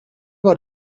war